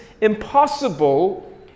impossible